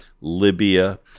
Libya